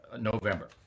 November